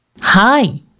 Hi